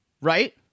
right